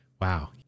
Wow